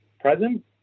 present